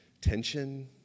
tension